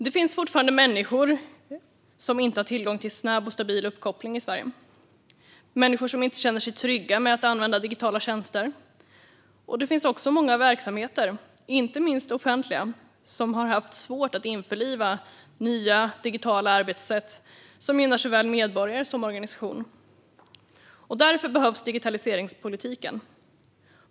Det finns fortfarande människor i Sverige som inte har tillgång till snabb och stabil uppkoppling och människor som inte känner sig trygga med att använda digitala tjänster. Det finns också många verksamheter, inte minst offentliga, som har haft svårt att införliva nya, digitala arbetssätt som gynnar såväl medborgare som organisation. Därför behövs digitaliseringspolitiken.